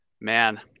man